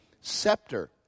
scepter